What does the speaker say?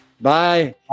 Bye